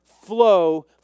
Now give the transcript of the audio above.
flow